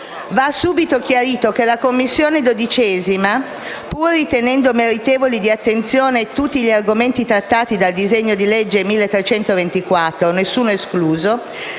Va subito chiarito che la Commissione 12a, pur ritenendo meritevoli di attenzione tutti gli argomenti trattati dal disegno di legge n. 1324, nessuno escluso,